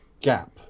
gap